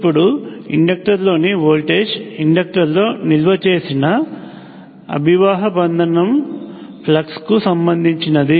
ఇప్పుడు ఇండక్టర్ లోని voltage inductor లో నిల్వ చేసిన అభివాహ బంధనానికిఫ్లక్స్ సంబంధించినది